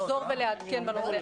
לחזור ולעדכן בנושא.